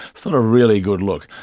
sort of a really good look.